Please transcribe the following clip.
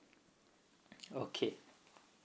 okay